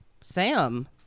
Sam